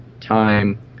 time